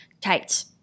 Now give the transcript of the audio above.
Tights